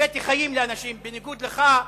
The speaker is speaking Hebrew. הבאתי חיים לאנשים, בניגוד לך,